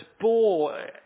bore